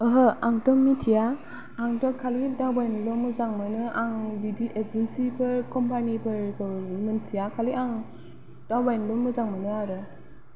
ओहो आंथ' मिथिया आंथ' खालि दावबायनोल' मोजां मोनो आं बिदि एजेन्सिफोर कम्पानिफोरखौ मिथिया खालि आं दावबायनोल' मोजां मोनो आरो